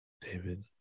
David